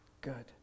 good